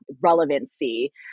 relevancy